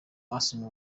arsène